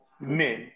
Men